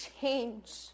change